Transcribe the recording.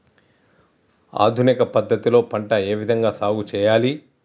ఆధునిక పద్ధతి లో పంట ఏ విధంగా సాగు చేయాలి?